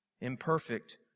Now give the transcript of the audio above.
imperfect